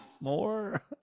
more